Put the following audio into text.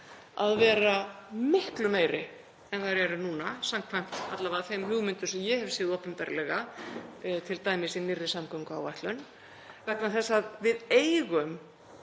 að vera miklu meiri en þær eru núna samkvæmt alla vega af þeim hugmyndum sem ég hef séð opinberlega, t.d. í nýrri samgönguáætlun, vegna þess að við eigum